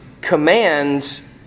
commands